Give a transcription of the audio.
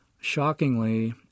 Shockingly